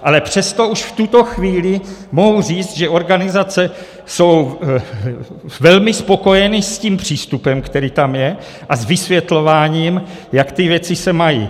Ale přesto už v tuto chvíli mohu říct, že organizace jsou velmi spokojeny s přístupem, který tam je, a s vysvětlováním, jak se věci mají.